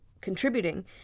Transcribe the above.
contributing